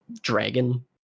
dragon